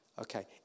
okay